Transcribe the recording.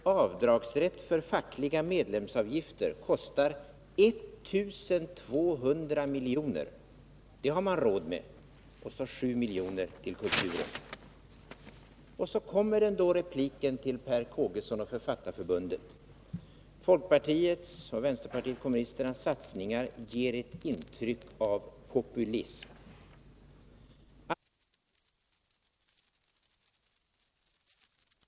Rätten till avdrag för fackliga medlemsavgifter kostar 1 200 miljoner. Det har man råd med. Kulturen får alltså 7 miljoner. Så kom då repliken till Per Kågeson och Författarförbundet. Folkpartiets och vänsterpartiet kommunisternas satsningar ger ett intryck av populism, sade Ing-Marie Hansson.